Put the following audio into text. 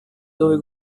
dove